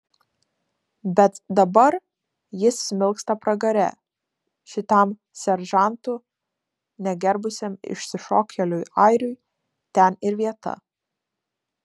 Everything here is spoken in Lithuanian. bet dabar jis smilksta pragare šitam seržantų negerbusiam išsišokėliui airiui ten ir vieta